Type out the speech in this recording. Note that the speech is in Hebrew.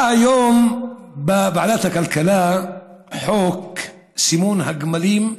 הובא היום לוועדת הכלכלה חוק סימון הגמלים,